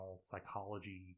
psychology